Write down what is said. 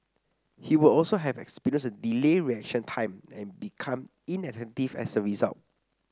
he would also have experienced a delayed reaction time and become inattentive as a result